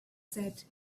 said